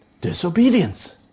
disobedience